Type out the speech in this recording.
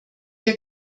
wir